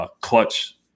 Clutch